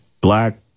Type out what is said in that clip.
black